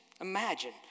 imagine